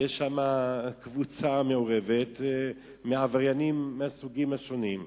יש שם קבוצה מעורבת מעבריינים מהסוגים השונים.